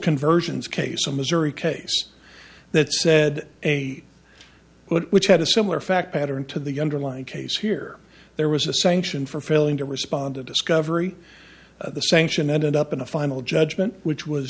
conversions case the missouri case that said a which had a similar fact pattern to the underlying case here there was a sanction for failing to respond to discovery the sanction ended up in a final judgment which was